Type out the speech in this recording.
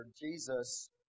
Jesus